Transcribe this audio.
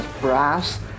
brass